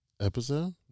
Episode